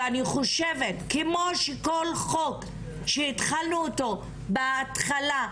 ואני חושבת שכמו שכל חוק שהתחלנו אותו בהתחלה,